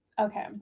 Okay